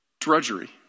drudgery